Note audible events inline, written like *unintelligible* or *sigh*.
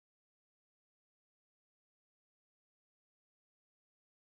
*unintelligible*